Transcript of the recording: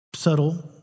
Subtle